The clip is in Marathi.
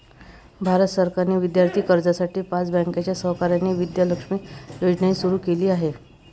भारत सरकारने विद्यार्थी कर्जासाठी पाच बँकांच्या सहकार्याने विद्या लक्ष्मी योजनाही सुरू केली आहे